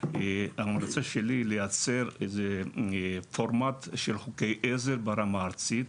ההמלצה שלי היא לייצר איזשהו פורמט של חוקי עזר ברמה הארצית,